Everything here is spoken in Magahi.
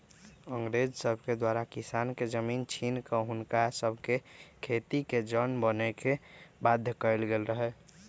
अंग्रेज सभके द्वारा किसान के जमीन छीन कऽ हुनका सभके खेतिके जन बने के बाध्य कएल गेल रहै